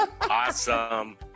Awesome